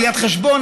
ראיית חשבון,